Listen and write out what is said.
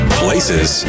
places